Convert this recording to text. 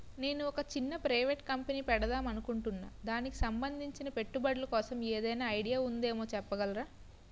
నేను ఒక చిన్న ప్రైవేట్ కంపెనీ పెడదాం అనుకుంటున్నా దానికి సంబందించిన పెట్టుబడులు కోసం ఏదైనా ఐడియా ఉందేమో చెప్పగలరా?